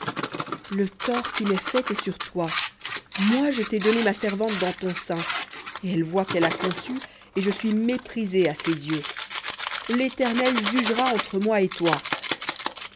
le tort qui m'est fait est sur toi moi je t'ai donné ma servante dans ton sein et elle voit qu'elle a conçu et je suis méprisée à ses yeux l'éternel jugera entre moi et toi